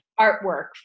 artwork